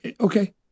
Okay